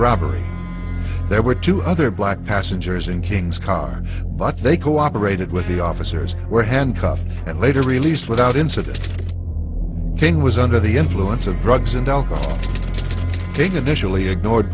robbery there were two other black passengers in king's car but they cooperated with the officers were handcuffed and later released without incident king was under the influence of drugs and alcohol take initially ignored